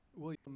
William